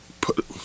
put